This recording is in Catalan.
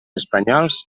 espanyols